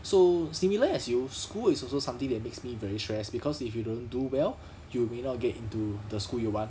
so similar as you school is also something that makes me very stressed because if you don't do well you may not get into the school you want